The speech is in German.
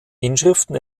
inschriften